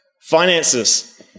finances